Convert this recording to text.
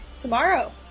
tomorrow